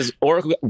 Oracle